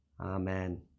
Amen